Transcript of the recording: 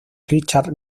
richard